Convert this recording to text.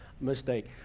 mistake